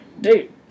dude